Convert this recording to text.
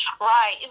Right